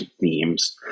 themes